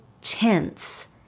tense